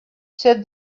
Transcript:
said